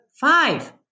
five